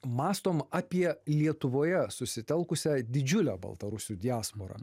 mąstom apie lietuvoje susitelkusią didžiulę baltarusių diasporą